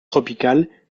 tropicales